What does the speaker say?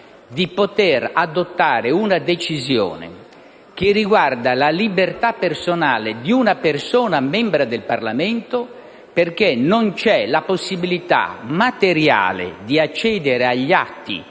di poter adottare una decisione che riguarda la libertà personale di una persona componente del Parlamento, perché non c'è la possibilità materiale di accedere agli atti